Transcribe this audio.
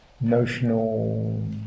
notional